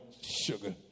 sugar